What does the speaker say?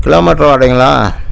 kilometre வாடகைங்களா